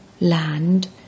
land